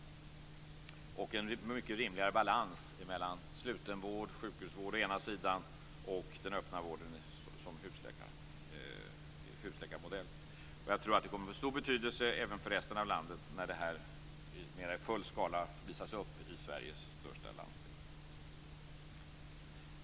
Man skulle få en mycket rimligare balans mellan sluten vård, sjukhusvård, å ena sidan och den öppna vården, som husläkarmodellen, å den andra. Jag tror att det kommer att få stor betydelse även för resten av landet när det här mer i full skala visas upp i Sveriges största landsting.